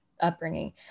upbringing